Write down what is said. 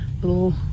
little